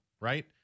right